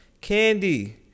candy